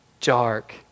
dark